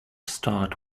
start